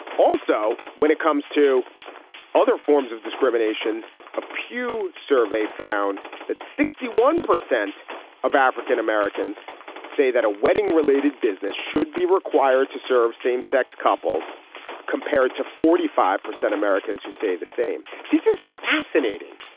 also when it comes to other forms of discrimination a pew survey found that sixty one percent of african-americans say that a wedding related business should be required to serve same sex couples compared to forty five percent americans who say the same. this is fascinating.